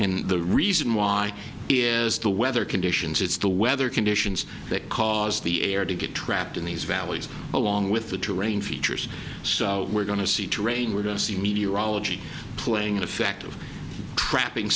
in the reason why is the weather conditions it's the weather conditions that cause the air to get trapped in these valleys along with the terrain features so we're going to see terrain where density media ology playing effect of trapping